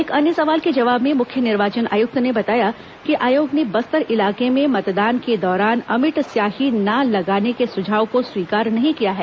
एक अन्य सवाल के जवाब में मुख्य निर्वाचन आयुक्त ने बताया कि आयोग ने बस्तर इलाके में मतदान के दौरान अमिट स्याही ना लगाने के सुझाव को स्वीकार नहीं किया है